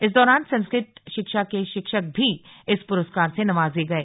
इस दौरान संस्कृत शिक्षा के शिक्षक भी इस पुरस्कार से नवाजे गए